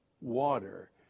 water